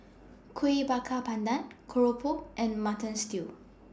Kuih Bakar Pandan Keropok and Mutton Stew